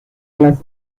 las